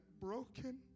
broken